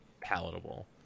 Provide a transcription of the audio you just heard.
palatable